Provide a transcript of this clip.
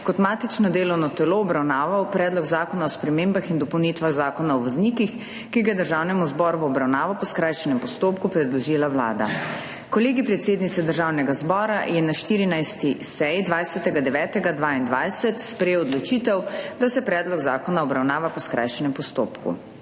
kot matično delovno telo obravnaval Predlog zakona o spremembah in dopolnitvah Zakona o voznikih, ki ga je Državnemu zboru v obravnavo po skrajšanem postopku predložila Vlada. Kolegij predsednice Državnega zbora je na 14. seji 20. 9. 2022 sprejel odločitev, da se predlog zakona obravnava po skrajšanem postopku.